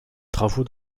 travaux